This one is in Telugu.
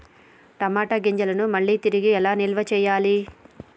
టమాట గింజలను మళ్ళీ తిరిగి నిల్వ ఎలా చేయాలి?